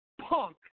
punk